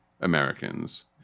Americans